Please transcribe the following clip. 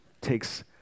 Takes